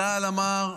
צה"ל אמר,